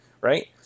right